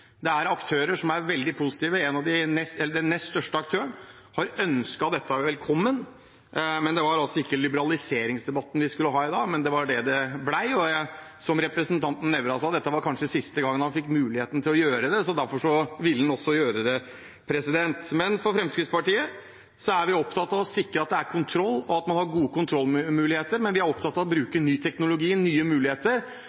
som er veldig positive. Den nest største aktøren har ønsket dette velkommen. Det var ikke liberaliseringsdebatt vi skulle ha i dag, men det var det det ble. Som representanten Nævra sa: Dette var kanskje siste gangen han fikk muligheten til å gjøre dette, så derfor ville han også gjøre det. Fremskrittspartiet er opptatt av å sikre at det er kontroll, og at man har gode kontrollmuligheter, men vi er opptatt av å